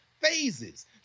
phases